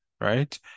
right